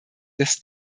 des